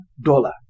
dollar